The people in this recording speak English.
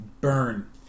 burn